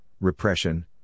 repression